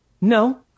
no